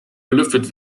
belüftet